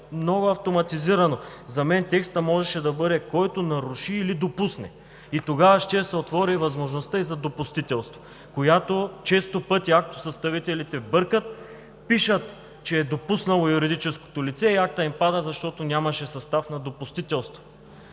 но автоматизирано. За мен текстът можеше да бъде: „който наруши или допусне“, тогава щеше да се отвори възможността и за допустителство, която често пъти актосъставителите бъркат. Пишат, че юридическото лице е допуснало и актът им пада, защото нямаше състав на допустителство.